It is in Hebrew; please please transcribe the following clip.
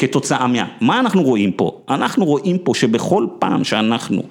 כתוצאה מאה. מה אנחנו רואים פה? אנחנו רואים פה, שבכל פעם שאנחנו...